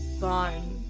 gone